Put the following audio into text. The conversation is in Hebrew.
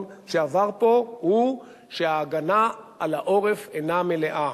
שעבר פה היא שההגנה על העורף אינה מלאה,